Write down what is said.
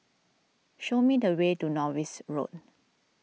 show me the way to Norris Road